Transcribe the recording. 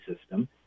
system